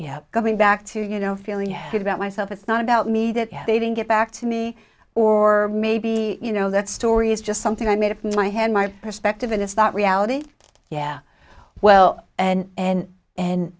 coming back to you know feeling good about myself it's not about me that they didn't get back to me or maybe you know that story is just something i made up my hand my perspective and it's not reality yeah well and and and